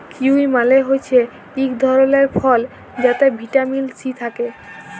kiwi মালে হছে ইক ধরলের ফল যাতে ভিটামিল সি থ্যাকে